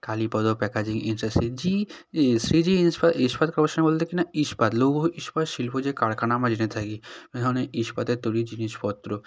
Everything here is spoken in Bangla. কালীপদ প্যাকেজিং জি ই সিজি ইস্পাত কপোরেশন বলতে এখানে ইস্পাত লৌহ ইস্পাত শিল্প যে কারখানা আমরা জেনে থাকি ওখানে ইস্পাতের তৈরি জিনিসপত্র